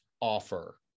offer